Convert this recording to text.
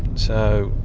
so,